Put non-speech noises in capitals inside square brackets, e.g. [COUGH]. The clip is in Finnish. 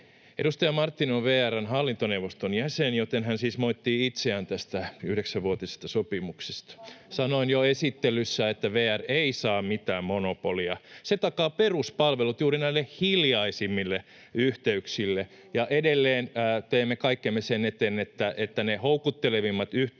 Edustaja Marttinen on VR:n hallintoneuvoston jäsen, joten hän siis moittii itseään tästä yhdeksänvuotisesta sopimuksesta. [LAUGHS] Sanoin jo esittelyssä, että VR ei saa mitään monopolia. Se takaa peruspalvelut juuri näille hiljaisimmille yhteyksille, ja edelleen teemme kaikkemme sen eteen, että ne houkuttelevimmat yhteydet